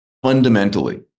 Fundamentally